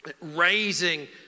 raising